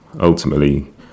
ultimately